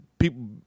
People